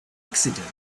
accident